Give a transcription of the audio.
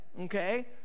okay